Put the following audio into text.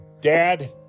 dad